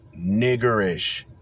niggerish